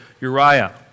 Uriah